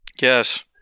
Yes